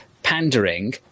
pandering